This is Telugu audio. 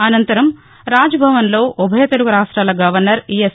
అనంతరం రాజ్ భవన్ లో ఉభయ తెలుగు రాష్టాల గవర్నర్ ఈఎస్